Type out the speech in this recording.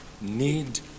need